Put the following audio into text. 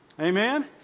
Amen